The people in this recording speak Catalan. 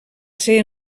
ser